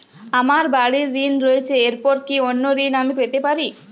আমার বাড়ীর ঋণ রয়েছে এরপর কি অন্য ঋণ আমি পেতে পারি?